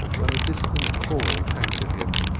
when a distant call came to him,